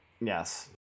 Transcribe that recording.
Yes